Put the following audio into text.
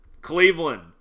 Cleveland